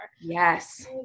yes